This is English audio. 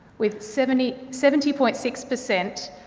with seventy seventy point six per cent